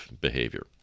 behavior